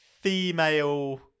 Female